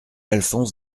alphonse